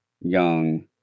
young